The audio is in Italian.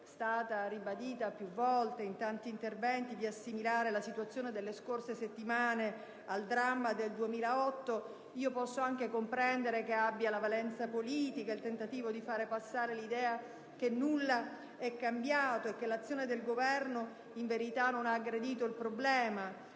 è stata ribadita in tanti interventi, di assimilare la situazione delle scorse settimane al dramma del 2008 posso comprendere che abbia valenza politica, che sia il tentativo di far passare l'idea che nulla è cambiato e che l'azione del Governo in verità non ha aggredito il problema,